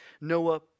Noah